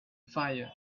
fire